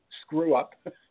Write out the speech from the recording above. screw-up